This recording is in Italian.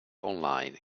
online